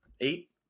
Eight